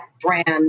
brand